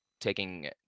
taking